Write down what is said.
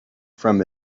from